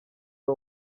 ari